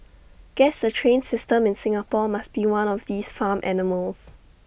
guess the train system in Singapore must be one of these farm animals